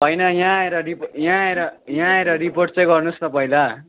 होइन यहाँ आएर रिपो यहाँ आएर यहाँ आएर रिपोर्ट चाहिँ गर्नु होस् न पहिला